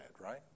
right